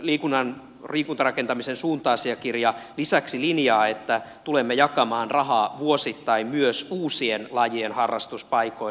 uusi liikuntapaikkarakentamisen suunta asiakirja lisäksi linjaa että tulemme jakamaan rahaa vuosittain myös uusien lajien harrastuspaikoille